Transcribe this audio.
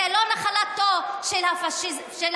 זה לא נחלתם רק של הפאשיסטים,